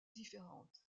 différentes